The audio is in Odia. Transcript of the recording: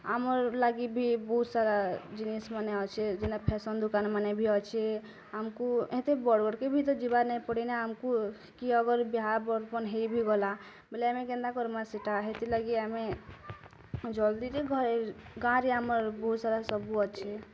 ଆମର୍ ଲାଗି ବି ବହୁସାରା ଜିନିଷମାନ ଅଛି ଯେନ ଫେସନ୍ ଦୁକାନମାନେ ଭି ଅଛି ଆମକୁ ଏତେ ବଡ଼ ବଡ଼ କେ ଭି ତ ଯିବାର୍ ନାହିଁ ପଡ଼ି ଆମକୁ କି ଅଗର ବିହା ବନେହିବି ଗଲା ବୋଲେ ଆମେ କେନ୍ତା କର୍ମା ସେଇଟା ହେଥିଲାଗି ଆମେ ଜଲଦି ଯେ ଗାଁରେ ଆମର୍ ବହୁସାରା ସବୁ ଅଛି